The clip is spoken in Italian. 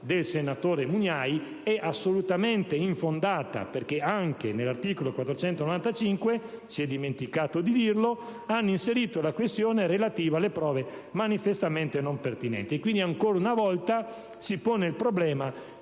del senatore Mugnai è assolutamente infondata, perché anche all'articolo 495 - si è dimenticato di dirlo - hanno inserito la questione relativa alle prove manifestamente non pertinenti. Ancora una volta si pone quindi per